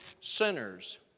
sinners